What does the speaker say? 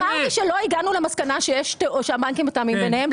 אמרתי שלא הגעתי למסקנה שהבנקים מתאמים ביניהם.